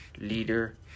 leader